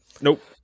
Nope